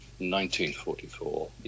1944